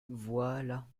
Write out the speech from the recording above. voilà